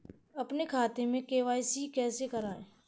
अपने खाते में के.वाई.सी कैसे कराएँ?